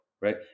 right